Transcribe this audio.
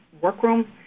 workroom